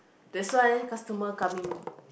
that's why customer coming